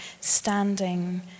standing